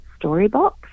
Storybox